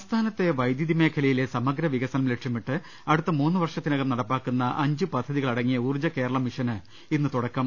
സംസ്ഥാനത്തെ വൈദ്യുതി മേഖലയിലെ സമഗ്ര വികസനം ലക്ഷ്യമിട്ട് അടുത്ത് മൂന്ന് വർഷത്തിനകം നടപ്പാക്കുന്ന അഞ്ച് പദ്ധ തികളടങ്ങിയ ഊർജ്ജകേരള മിഷന് ഇന്ന് തുടക്കം